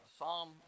Psalm